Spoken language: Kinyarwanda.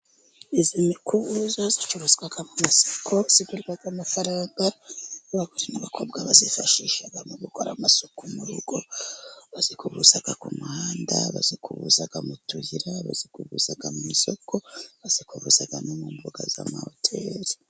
Izi mikibuzozo zicuruzwa mu masako zigurwaga amafaranga. Abagore n'abakobwa bazifashisha mu gukora amasuku mu rugo, bazikubuza ku muhanda, bazikubuza mu tuyira, bazikubuza mu isoko, bazikubuzaa mu mbuga z'amahoteri.